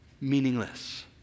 meaningless